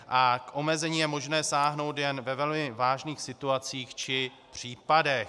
K omezení je možné sáhnout jen ve velmi vážných situacích či případech.